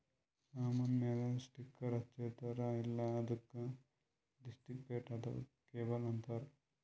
ಸಾಮಾನ್ ಮ್ಯಾಲ ಸ್ಟಿಕ್ಕರ್ ಹಚ್ಚಿರ್ತಾರ್ ಅಲ್ಲ ಅದ್ದುಕ ದಿಸ್ಕ್ರಿಪ್ಟಿವ್ ಲೇಬಲ್ ಅಂತಾರ್